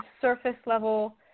surface-level